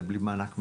בלי מענק מדינה.